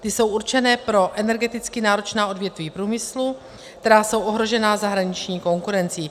Ty jsou určené pro energeticky náročná odvětví průmyslu, která jsou ohrožená zahraniční konkurencí.